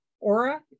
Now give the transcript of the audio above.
aura